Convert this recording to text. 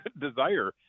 desire